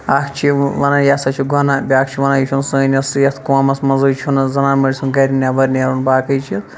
اکھ چھِ وَنان یہِ ہَسا چھُ گوٚناہ بیاکھ چھُ وَنان یہِ چھُنہٕ سٲنِس قومَس مَنٛزے چھُ نہٕ زَنانِ موٚڑ سُنٛد گَرِ نیٚبَرنیرُن باقی چیٖز